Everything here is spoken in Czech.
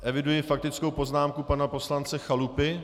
Eviduji faktickou poznámku pana poslance Chalupy?